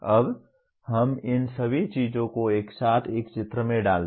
अब हम इन सभी चीजों को एक साथ एक चित्र में डालते हैं